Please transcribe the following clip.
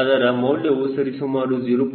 ಅದರ ಮೌಲ್ಯವು ಸರಿಸುಮಾರು 0